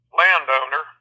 landowner